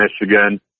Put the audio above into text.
Michigan